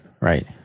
Right